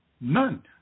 None